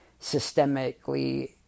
systemically